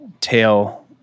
tail